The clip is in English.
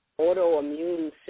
autoimmune